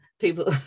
People